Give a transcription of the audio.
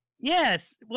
Yes